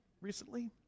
recently